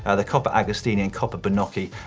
ah the coppa agostini and coppa bernocchi,